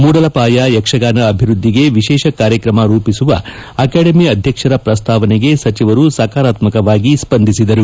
ಮೂಡಲಪಾಯ ಯಕ್ಷಗಾನ ಅಭಿವೃದ್ದಿಗೆ ಎಶೇಷ ಕಾರ್ಯಕ್ರಮ ರೂಪಿಸುವ ಅಕಾಡೆಮಿ ಅಧ್ಯಕ್ಷರ ಪ್ರಸ್ತಾವನೆಗೆ ಸಚಿವರು ಸಕಾರಾತ್ಸಕವಾಗಿ ಸ್ವಂದಿಸಿದರು